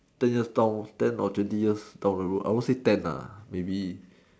ten years down ten or twenty years down the road I won't say ten maybe